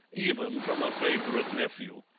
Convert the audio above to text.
even from a favourite nephew.